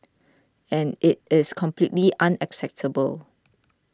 and it is completely unacceptable